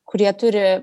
kurie turi